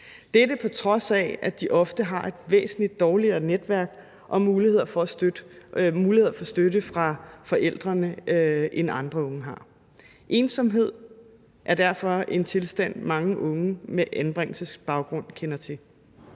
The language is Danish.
dette på trods af at de ofte har et væsentlig dårligere netværk og mulighed for støtte fra forældrene, end andre unge har. Ensomhed er derfor en tilstand, mange unge med anbringelsesbaggrund kender til.